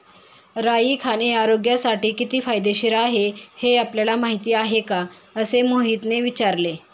राई खाणे आरोग्यासाठी किती फायदेशीर आहे हे आपल्याला माहिती आहे का? असे मोहितने विचारले